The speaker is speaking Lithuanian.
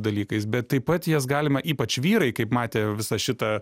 dalykais bet taip pat jas galima ypač vyrai kaip matė visą šitą